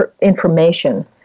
information